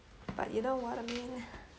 but you know what I mean